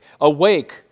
awake